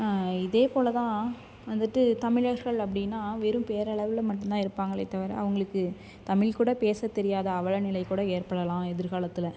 இதே போல் தான் வந்துட்டு தமிழர்கள் அப்படின்னா வெறும் பேரளவில் மட்டுந்தான் இருப்பாங்களே தவிர அவங்களுக்கு தமிழ் கூட பேசத் தெரியாத அவல நிலை கூட ஏற்படலாம் எதிர்காலத்தில்